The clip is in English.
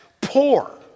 poor